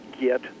get